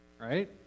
right